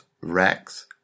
rex